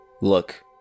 Look